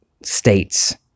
states